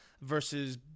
versus